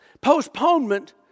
Postponement